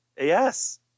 Yes